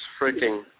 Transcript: freaking